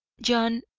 john,